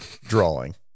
drawing